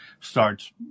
starts